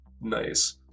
nice